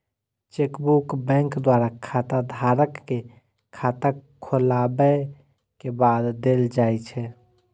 chequebook bank द्वारा खाताधारक कें खाता खोलाबै के बाद देल जाइ छै